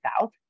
south